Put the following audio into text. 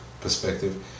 perspective